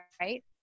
Right